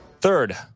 Third